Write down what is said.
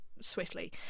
swiftly